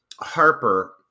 Harper